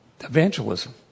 evangelism